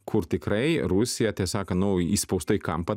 kur tikrai rusija tiesa sakant nu įspausta į kampą